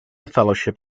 fellowship